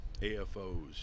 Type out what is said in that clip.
afos